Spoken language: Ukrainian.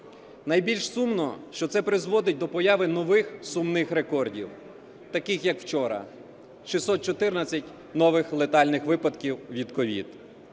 Найбільш сумно, що це призводить до появи нових сумних рекордів, таких як вчора – 614 нових летальних випадків від COVID.